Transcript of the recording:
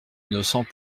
innocent